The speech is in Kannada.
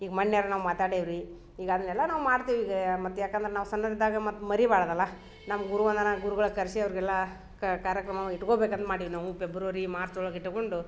ಈಗ ಮನ್ಯವ್ರು ನಾವು ಮಾತಾಡೀವಿ ರೀ ಈಗ ಅದನ್ನೆಲ್ಲ ನಾವು ಮಾಡ್ತೀವಿ ಈಗ ಮತ್ತೆ ಯಾಕಂದ್ರ ನಾವು ಸಣ್ಣರಿದ್ದಾಗ ಮತ್ತೆ ಮರಿಬಾರ್ದಲ್ಲ ನಮ್ಮ ಗುರುವಂದನ ಗುರುಗಳ ಕರ್ಸಿ ಅವ್ರ್ಗೆಲ್ಲಾ ಕಾರ್ಯಕ್ರಮನ ಇಟ್ಕೋಬೇಕಂದ ಮಾಡಿವಿ ನಾವು ಪೆಬ್ರವರಿ ಮಾರ್ಚ್ ಒಳಗೆ ಇಟ್ಟುಕೊಂಡು